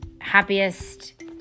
happiest